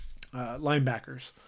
linebackers